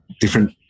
different